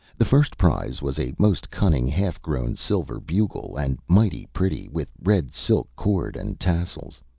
the first prize was a most cunning half-grown silver bugle, and mighty pretty, with red silk cord and tassels.